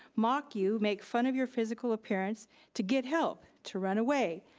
mock you, make fun of your physical appearance to get help, to run away.